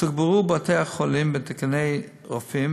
תוגברו בתי-החולים בתקני רופאים,